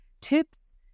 tips